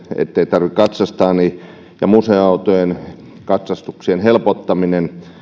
ettei tarvitse moottoripyöriä katsastaa ja museoautojen katsastuksien helpottaminen